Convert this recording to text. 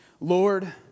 Lord